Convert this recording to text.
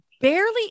barely